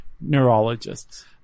neurologists